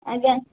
ଆଜ୍ଞା